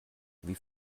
wie